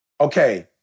okay